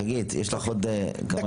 חגית, יש לך עוד כמה דקות.